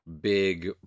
big